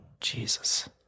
Jesus